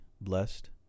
blessed